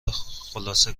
خلاصه